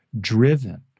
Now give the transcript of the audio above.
driven